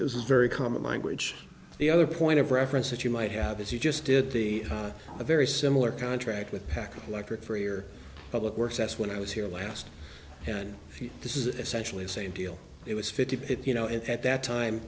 there was a very common language the other point of reference that you might have as you just did the very similar contract with pack of electric for your public works that's when i was here last and this is essentially the same deal it was fifty if you know and at that time